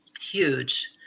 huge